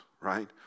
right